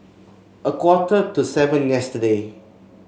a quarter to seven yesterday